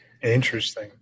Interesting